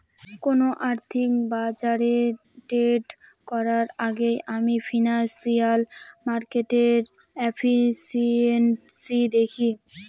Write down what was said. কোন আর্থিক বাজারে ট্রেড করার আগেই আমি ফিনান্সিয়াল মার্কেটের এফিসিয়েন্সি দেখি